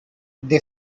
they